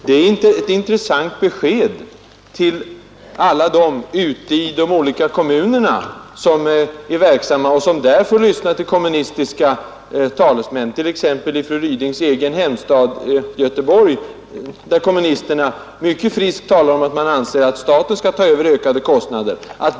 Det är ett intressant besked till alla dem som är verksamma ute i de olika kommunerna och där får lyssna till kommunistiska talesmän, t.ex. i fru Rydings egen hemstad Göteborg, där kommunisterna mycket friskt talar om att man anser att staten skall ta över ökade kostnader.